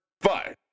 Fine